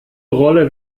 rolle